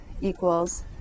equals